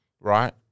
Right